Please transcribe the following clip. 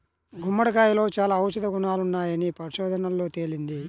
గుమ్మడికాయలో చాలా ఔషధ గుణాలున్నాయని పరిశోధనల్లో తేలింది